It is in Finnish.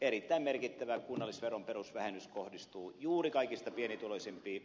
erittäin merkittävä kunnallisveron perusvähennys kohdistuu juuri kaikista pienituloisimpiin